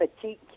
fatigue